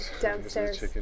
downstairs